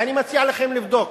ואני מציע לכם לבדוק,